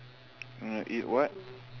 eat what